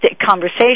conversation